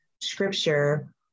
scripture